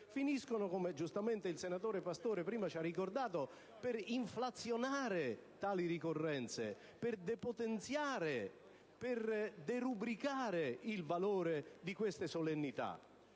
finiscono, come prima giustamente il senatore Pastore ci ha ricordato, per inflazionare tali ricorrenze, per depotenziare e derubricare il valore di queste solennità,